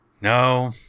no